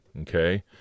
Okay